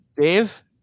Dave